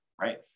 right